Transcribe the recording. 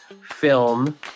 film